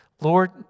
Lord